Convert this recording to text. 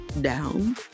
down